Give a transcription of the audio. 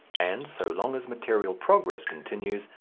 and so long as material progress continues,